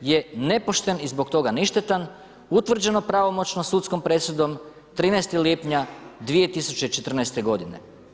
je nepošten i zbog toga ništetan utvrđeno pravomoćnom sudskom presudom 13. lipnja 2014. godine.